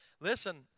listen